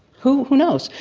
who who knows.